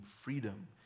freedom